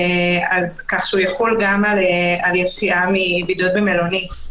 כך שהוא יחול גם על יציאה מבידוד במלונית.